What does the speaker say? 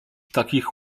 takich